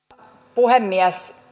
puhemies